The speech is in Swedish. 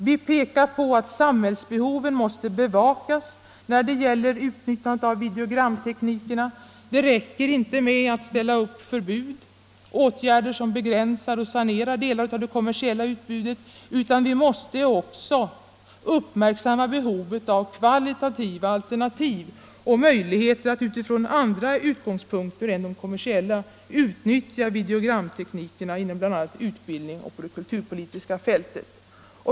Vi pekar på att samhällets behov måste bevakas när det gäller utnyttjandet av videogramteknikerna, det räcker inte med åtgärder av ett slag som innebär att man kan komma att uppställa förbud och begränsa och sanera delar av det kommersiella utbudet, utan vi måste också uppmärksamma behovet av kvalitativa alternativ och möjligheter att utifrån andra utgångspunkter än de kommersiella utnyttja videogramteknikerna bl.a. i utbildningen och på det kulturpolitiska fältet.